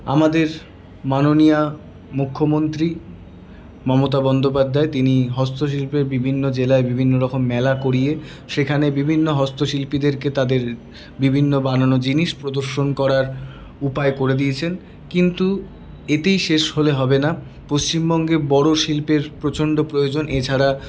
আমাদের মাননীয়া মুখ্যমন্ত্রী মমতা বন্দ্যোপাধ্যায় তিনি হস্তশিল্পের বিভিন্ন জেলায় বিভিন্ন রকম মেলা করিয়ে সেখানে বিভিন্ন হস্ত শিল্পীদেরকে তাদের বিভিন্ন বানানো জিনিস প্রদর্শন করার উপায় করে দিয়েছেন কিন্তু এতেই শেষ হলে হবে না পশ্চিমবঙ্গে বড়ো শিল্পের প্রচণ্ড প্রয়োজন এছাড়া